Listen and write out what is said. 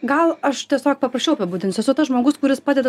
gal aš tiesiog paprasčiau apibūdinsiu esu tas žmogus kuris padeda